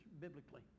biblically